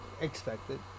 Expected